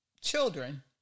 children